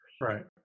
Right